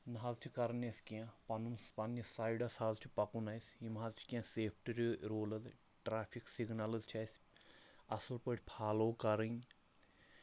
نَہ حظ چھِ کَرٕنۍ اَسہِ کیٚنٛہہ پَنُن پنٛنِس سایڈَس حظ چھُ پَکُن اَسہِ یِم حظ چھِ کیٚنٛہہ سیفٹرٛی روٗلٕز ٹرٛٮ۪فِک سِگنَلٕز چھِ اَسہِ اَصٕل پٲٹھۍ فالو کَرٕنۍ